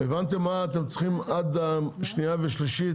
הבנתם מה אתם צריכים לעשות עד הקריאה השנייה והשלישית?